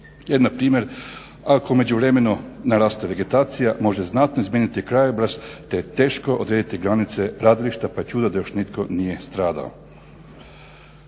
jer na primjer ako u međuvremenu naraste vegetacija može znatno izmijeniti krajobraz, te je teško odrediti granice gradilišta, pa je čudo da još nitko nije stradao.